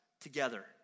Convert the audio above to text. together